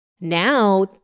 Now